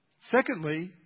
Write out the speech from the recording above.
Secondly